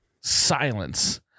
Silence